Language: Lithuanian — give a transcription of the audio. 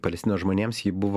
palestinos žmonėms ji buvo